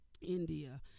india